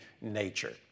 nature